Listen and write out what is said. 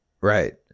right